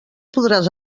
podràs